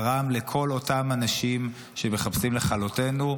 גרם לכל אותם אנשים שמחפשים לכלותנו,